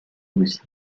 russie